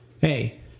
hey